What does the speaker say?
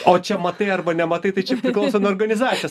o čia matai arba nematai tai čia priklauso nuo organizacijos